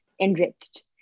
enriched